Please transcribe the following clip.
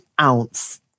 ounce